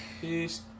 Peace